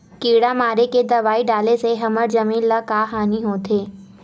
किड़ा मारे के दवाई डाले से हमर जमीन ल का हानि होथे?